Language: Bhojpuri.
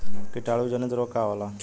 कीटाणु जनित रोग का होला?